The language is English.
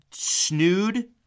snood